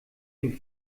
dem